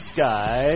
Sky